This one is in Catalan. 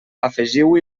afegiu